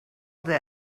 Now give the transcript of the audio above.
their